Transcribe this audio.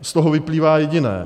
Z toho vyplývá jediné.